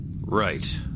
Right